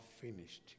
finished